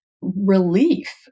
relief